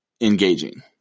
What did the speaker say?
engaging